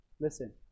Listen